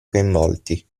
coinvolti